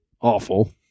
awful